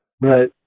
Right